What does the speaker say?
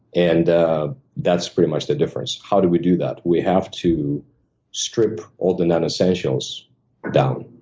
and that's pretty much the difference. how do we do that? we have to strip all the nonessentials down.